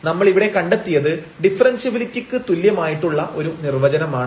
നമ്മൾ ഇവിടെ കണ്ടെത്തിയത് ഡിഫറെൻഷ്യബിലിറ്റിക്ക് തുല്യമായിട്ടുള്ള ഒരു നിർവചനമാണ്